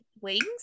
wings